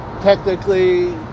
technically